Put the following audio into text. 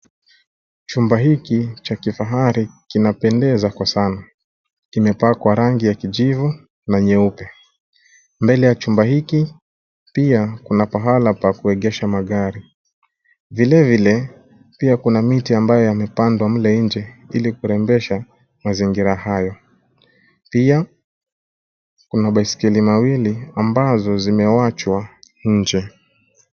Chumba hiki cha kifahari kinapendeza kwa sana. Kimepakwa rangi ya kijivu na nyeupe. Mbele ya chumba hiki pia kuna pahala pa kuegesha magari. Vilevile pia kuna miti ambayo yamepandwa mle nje ili kurembesha mazingira hayo. Pia kuna baiskeli mawili ambazo zimewachwa nje.